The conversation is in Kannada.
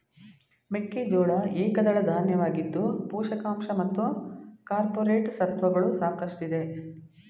ಮೆಕ್ಕೆಜೋಳ ಏಕದಳ ಧಾನ್ಯವಾಗಿದ್ದು ಪೋಷಕಾಂಶ ಮತ್ತು ಕಾರ್ಪೋರೇಟ್ ಸತ್ವಗಳು ಸಾಕಷ್ಟಿದೆ